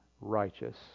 righteous